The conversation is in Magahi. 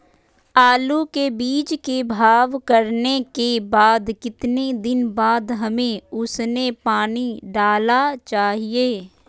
आलू के बीज के भाव करने के बाद कितने दिन बाद हमें उसने पानी डाला चाहिए?